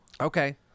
Okay